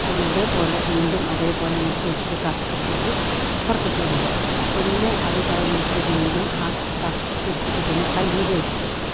പിന്നതേപോലെ വീണ്ടും അതേപോലെ അങ്ങട് തിരിച്ചു കക്കെടുത്തിട്ട് ഇപ്പുറത്തേക്ക് ചാടുക പിന്നെ അതു കഴിഞ്ഞിട്ട് വീണ്ടും ആ കക്കെടുത്തിട്ട് പിന്നെ കയ്യിലു വെക്കുക